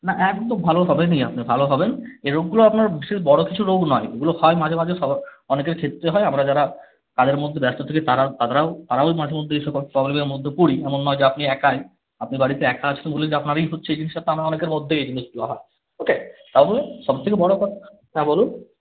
না একদম ভালো হবেনই আপনি ভালো হবেন এ রোগগুলো আপনার বিশেষ বড় কিছু রোগ নয় এগুলো হয় মাঝে মাঝে সবার অনেকের ক্ষেত্রে হয় আমরা যারা কাজের মধ্যে ব্যস্ত থাকি তারা তারাও তারাও মাঝে মধ্যে এইসব প্রবলেমের মধ্যে পড়ি এমন নয় যে আপনি একাই আপনি বাড়িতে একা আছেন বলেই যে আপনারই হচ্ছে এ জিনিসটা তা নয় অনেকের মধ্যেই এই জিনিসগুলো হয় ওকে তাহলে সবথেকে বড় কথা হ্যাঁ বলুন